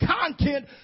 content